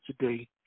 today